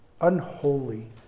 unholy